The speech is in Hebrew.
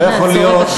לא יכול להיות,